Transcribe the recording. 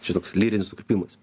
čia toks lyrinis nukrypimas